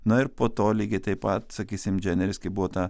na ir po to lygiai taip pat sakysim dženeris kai buvo ta